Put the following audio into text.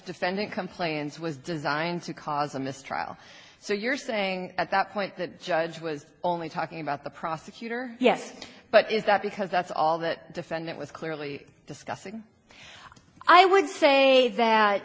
defendant complains was designed to cause a mistrial so you're saying at that point the judge was only talking about the prosecutor yes but is that because that's all that defendant was clearly discussing i would say that